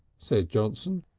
said johnson.